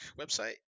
website